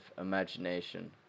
imagination